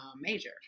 major